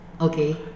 okay